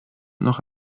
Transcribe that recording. noch